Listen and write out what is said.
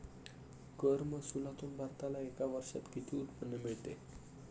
कर महसुलातून भारताला एका वर्षात किती उत्पन्न मिळते?